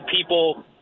people